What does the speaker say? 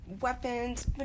weapons